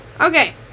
Okay